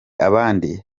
ababwira